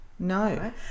No